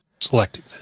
selected